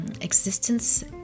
existence